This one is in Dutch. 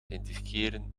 indiceren